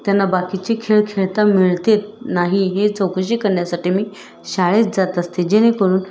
त्यांना बाकीचे खेळ खेळता मिळतात नाही हे चौकशी करण्यासाठी मी शाळेत जात असते जेणेकरून